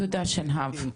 תודה שנהב.